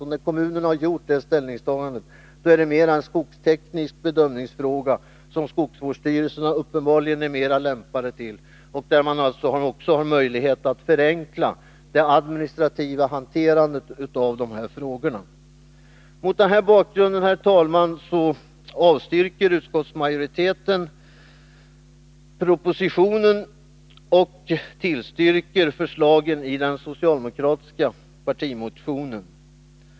Sedan kommunen gjort det ställningstagandet är det som återstår mera en skogsteknisk bedömningsfråga, som skogsvårdsstyrelserna uppenbarligen är mera lämpade för. Därmed kan man också förenkla det administrativa hanterandet. Mot den bakgrunden, herr talman, avstyrker utskottsmajoriteten propositionen och tillstyrker förslagen i den socialdemokratiska partimotionen.